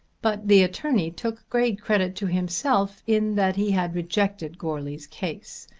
but the attorney took great credit to himself in that he had rejected goarly's case,